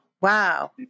Wow